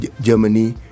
Germany